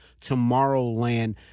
Tomorrowland